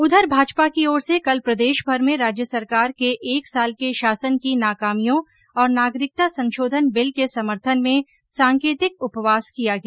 उधर भाजपा की ओर से कल प्रदेशभर में राज्य सरकार के एक साल के शासन की नाकामियों और नागरिकता संशोधन बिल के समर्थन में सांकेतिक उपवास किया गया